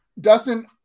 Dustin